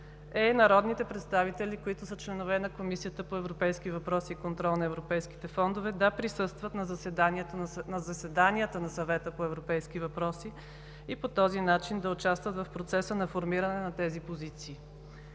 е народните представители, които са членове на Комисията по европейски въпроси и контрол на европейските фондове, да присъстват на заседанията на Съвета по европейски въпроси и по този начин да участват в процеса на формиране на тези позиции.